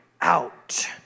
out